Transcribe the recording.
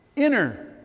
Inner